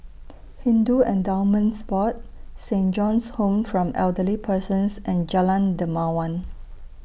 Hindu Endowments Board Saint John's Home from Elderly Persons and Jalan Dermawan